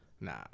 Nah